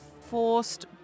forced